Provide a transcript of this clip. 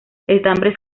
estambres